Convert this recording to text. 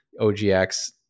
OGX